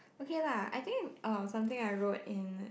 okay lah I think uh something I wrote in